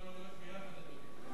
לא הולך ביחד בדרך כלל, אדוני.